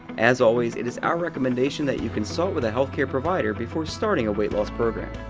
as always, it is our recommendation that you consult with a health care provider before starting a weight-loss program.